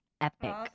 epic